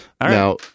Now